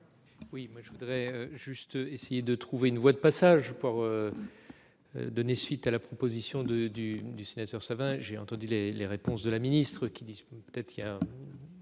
moi je voudrais juste essayer de trouver une voie de passage pouvoir. Donner suite à la proposition de du du sénateur ça va j'ai entendu les, les réponses de la ministre qui dispose peut-être il y a.